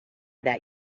that